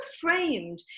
framed